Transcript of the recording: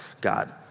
God